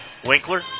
Winkler